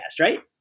right